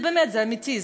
זה באמת, זה אמיתי.